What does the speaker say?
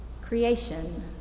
creation